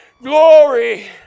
glory